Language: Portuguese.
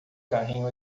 carrinho